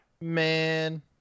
Man